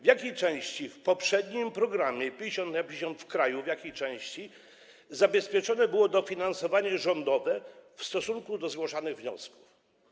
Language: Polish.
W jakiej części w poprzednim programie 50 na 50 w kraju zabezpieczone było dofinansowanie rządowe w stosunku do zgłaszanych wniosków?